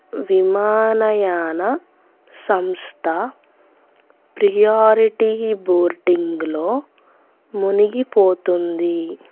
విమానయాన సంస్థ ప్రయార్టీ బోర్డింగ్లో మునిగిపోతుంది